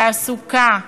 תעסוקה,